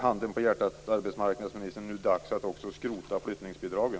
Handen på hjärtat, arbetsmarknadsministern, är det inte dags att nu skrota flyttningsbidragen?